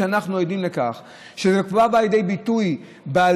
שאנחנו עדים לכך שזה כבר בא לידי ביטוי בעלייה